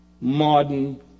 modern